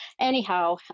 anyhow